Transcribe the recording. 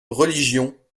religion